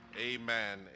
amen